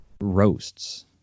roasts